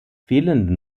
fehlende